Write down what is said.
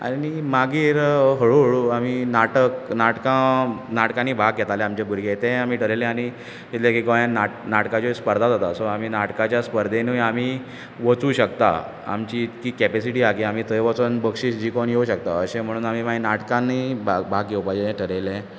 आनी मागीर हळू हळू आमी नाटक नाटकां नाटकांनी भाग घेताले आमचे भुरगें तेंय आमी थारायलें आनी चिंतलें की गोंयांत नाट नाटकाच्यो स्पर्धा जाता सो आमी नाटकाच्या स्पर्धेंतूय आमीं वचूंक शकतात आमची इतकी कॅपेसिटी आहा की आमी थंय वचोन बक्षीस जिकोन येवंक शकतात अशें म्हणून मागीर आमी नाटकांनी भा भाग घेवपाचें थारायलें